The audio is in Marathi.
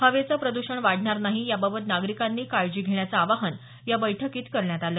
हवेचं प्रदषण वाढणार नाही याबाबत नागरीकांनी काळजी घेण्याचं आवाहन या बैठकीत करण्यात आल